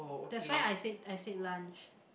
that's why I said I said lunch